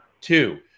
two